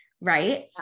right